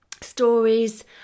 stories